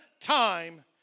time